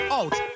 out